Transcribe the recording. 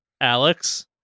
Alex